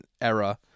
era